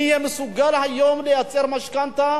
מי יהיה מסוגל היום לקחת משכנתה,